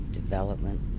development